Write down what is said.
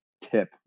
tip